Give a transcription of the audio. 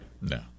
No